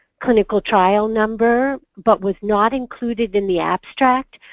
clinical trial number, but was not included in the abstract.